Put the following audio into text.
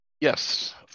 Yes